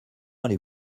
allez